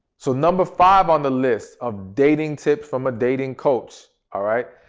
so, number five on the list of dating tips from a dating coach, all right,